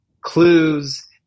clues